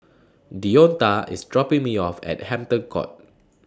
Deonta IS dropping Me off At Hampton Court